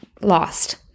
lost